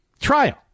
trial